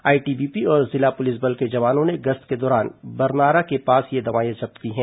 ITBP और जिला police बल के जवानों ने गश्त के दौरान बरनारा के पास से ये दवाइयां बरामद कीं